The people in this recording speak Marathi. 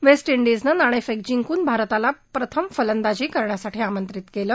वेस्ट इंडिजनं नाणेफेक जिंकुन भारताला प्रथम फलंदाजी करण्यासाठी आमंत्रित केलं